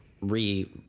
re